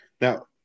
Now